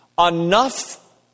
enough